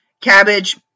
cabbage